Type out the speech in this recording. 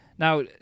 Now